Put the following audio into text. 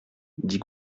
dit